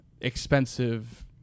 expensive